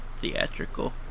theatrical